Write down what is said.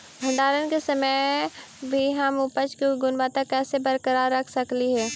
भंडारण के समय भी हम उपज की गुणवत्ता कैसे बरकरार रख सकली हे?